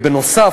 בנוסף,